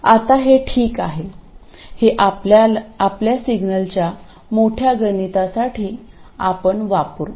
आता हे ठीक आहे हे आपल्या सिग्नलच्या मोठ्या गणितासाठी आपण वापरू